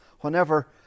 whenever